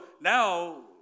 now